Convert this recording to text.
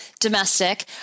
domestic